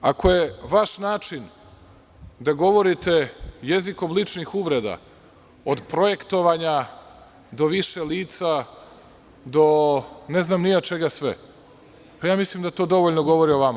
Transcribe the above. Ako je vaš način da govorite jezikom ličnih uvreda, od projektovanja do više lica, do ne znam ni ja čega sve, ja mislim da to dovoljno govori o vama.